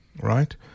right